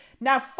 Now